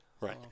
Right